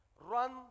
run